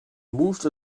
moved